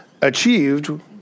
achieved